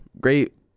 great